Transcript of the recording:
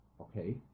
Okay